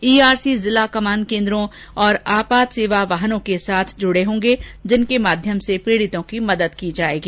ERC जिला कमान केन्द्रों और आपात सेवा वाहनों के साथ जुड़े होंगे जिनके माध्यम से पीडितों की मदद की जायेगी